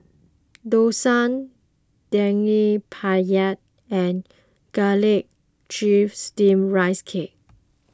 Dosa Daging Penyet and Garlic Chives Steamed Rice Cake